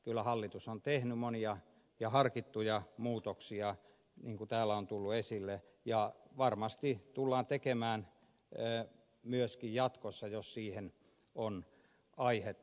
kyllä hallitus on tehnyt monia ja harkittuja muutoksia niin kuin täällä on tullut esille ja varmasti tullaan tekemään myöskin jatkossa jos siihen on aihetta